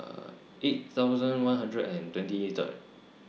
eight thousand one hundred and twenty Third